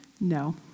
no